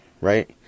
right